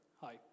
hi